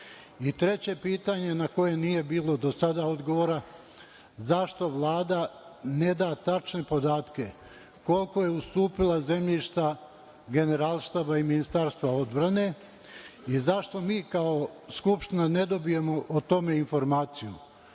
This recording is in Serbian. ide. Treće pitanje na koje nije bilo do sada odgovora - zašto Vlada ne da tačne podatke koliko je ustupila zemljišta Generalštaba i Ministarstva odbrane i zašto mi kao Skupština ne dobijemo o tome informaciju